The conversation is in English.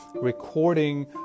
recording